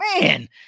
man